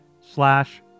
slash